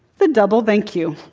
the double thank you.